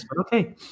okay